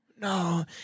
no